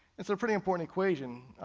it's a pretty important equation,